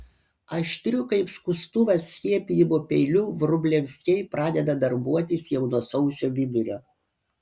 aštriu kaip skustuvas skiepijimo peiliu vrublevskiai pradeda darbuotis jau nuo sausio vidurio